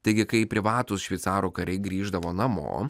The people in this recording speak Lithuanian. taigi kai privatūs šveicarų kariai grįždavo namo